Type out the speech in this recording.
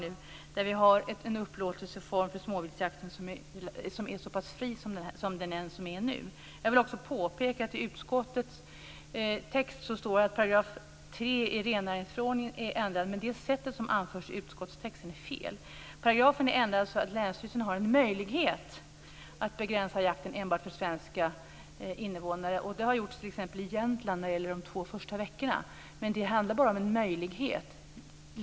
Jag vill också påpeka att i utskottets text står det att § 3 i rennäringsförordningen är ändrad. Men det sätt som anförs i utskottstexten är fel. Paragrafen är ändrad så att länsstyrelsen har en möjlighet att begränsa jakten enbart för svenska invånare. Det har t.ex. gjorts i Jämtland under de två första veckorna. Men det handlar bara om en möjlighet.